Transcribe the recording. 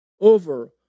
over